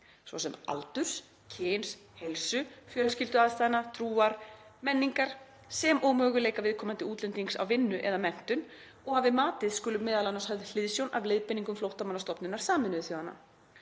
svo sem aldurs, kyns, heilsu, fjölskylduaðstæðna, trúar, menningar sem og möguleika viðkomandi útlendings á vinnu eða menntun og að við matið skuli m.a. höfð hliðsjón af leiðbeiningum Flóttamannastofnunar Sameinuðu þjóðanna.